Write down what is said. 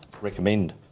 recommend